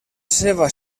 seva